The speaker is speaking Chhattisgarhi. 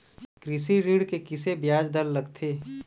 कृषि ऋण के किसे ब्याज दर लगथे?